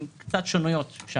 עם קצת שונויות.